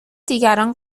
دیگران